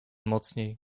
mocniej